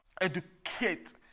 Educate